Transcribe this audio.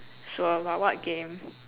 sure what what game